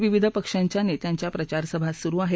विविध पक्षांच्या नेत्यांच्या प्रचारसभा सुरु आहेत